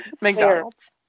McDonald's